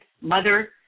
Mother